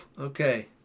Okay